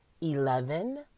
eleven